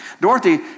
Dorothy